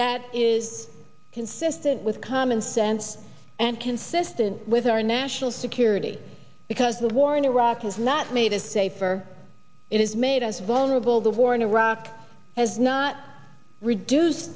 that is consistent with common sense and consistent with our national security because the war in iraq has not made us safer it has made us vulnerable the war in iraq has not reduce